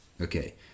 Okay